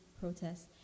protests